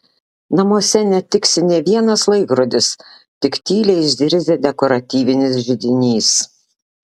namuose netiksi nė vienas laikrodis tik tyliai zirzia dekoratyvinis židinys